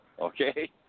okay